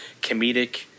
comedic